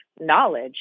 knowledge